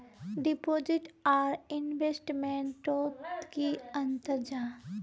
Deposit आर investment तोत की अंतर जाहा?